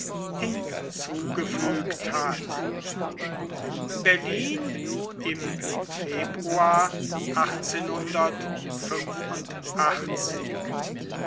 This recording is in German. hinzugefügt hat berlin im februar